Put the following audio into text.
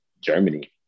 Germany